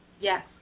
Yes